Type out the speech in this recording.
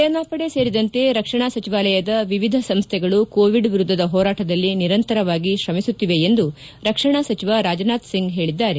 ಸೇನಾಪಡೆ ಸೇರಿದಂತೆ ರಕ್ಷಣಾ ಸಚಿವಾಲಯದ ವಿವಿಧ ಸಂಸ್ಟೆಗಳು ಕೋವಿಡ್ ವಿರುದ್ದದ ಹೋರಾಟದಲ್ಲಿ ನಿರಂತರವಾಗಿ ಶ್ರಮಿಸುತ್ತಿವೆ ಎಂದು ರಕ್ಷಣಾ ಸಚಿವ ರಾಜನಾಥ್ ಸಿಂಗ್ ಹೇಳಿದ್ದಾರೆ